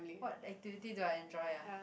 what activity do I enjoy ah